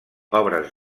obres